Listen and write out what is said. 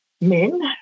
Men